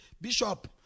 Bishop